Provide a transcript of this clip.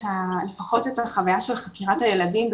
לפחות את החוויה של חקירת ילדים,